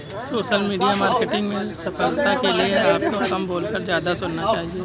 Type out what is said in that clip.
social media marketing में सफलता के लिए आपको कम बोलकर ज्यादा सुनना चाहिए